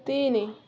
ତିନି